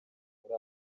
muri